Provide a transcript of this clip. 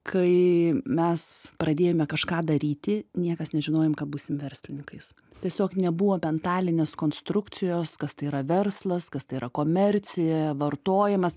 kai mes pradėjome kažką daryti niekas nežinojom kad būsim verslininkais tiesiog nebuvo mentalinės konstrukcijos kas tai yra verslas kas tai yra komercija vartojimas